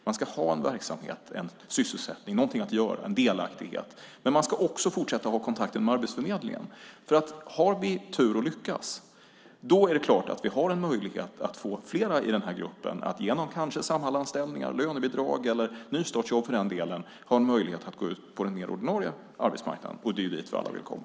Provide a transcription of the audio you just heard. Man ska ha en verksamhet, en sysselsättning, något att göra, en delaktighet. Men man ska också fortsätta att ha kontakt med Arbetsförmedlingen, för om vi har tur och lyckas är det klart att vi har en möjlighet att få flera i den här gruppen att kanske genom Samhallsanställningar, lönebidrag eller nystartsjobb ha möjlighet att gå ut på den mer ordinarie arbetsmarknaden. Det är dit vi alla vill komma.